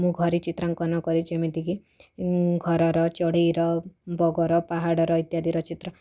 ମୁଁ ଘରେ ଚିତ୍ରାଙ୍କନ କରେ ଯେମିତିକି ଘରର ଚଡ଼େଇର ବଗର ପାହାଡ଼ର ଇତ୍ୟାଦିର ଚିତ୍ର